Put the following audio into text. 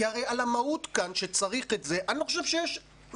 כי הרי על המהות כאן שצריך את זה אני לא חושב שיש מחלוקת.